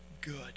good